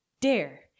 dare